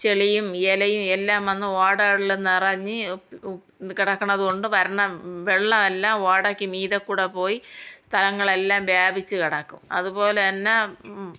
ചെളിയും ഇലയും എല്ലാം വന്ന് ഓടകളിൽ നിറഞ്ഞ് കിടക്കുന്നത് കൊണ്ട് വരുന്ന വെള്ളം എല്ലാം ഓടയ്ക്ക് മീതെ കൂടെ പോയി സ്ഥലങ്ങളെല്ലാം വ്യാപിച്ച് കിടക്കും അതുപോലെ തന്നെ